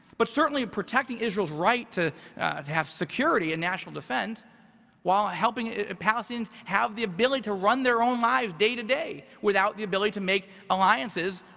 but certainly protecting israel's right to have security and national defense while helping palestinians have the ability to run their own lives day-to-day, without the ability to make alliances,